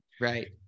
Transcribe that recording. Right